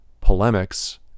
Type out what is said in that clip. polemics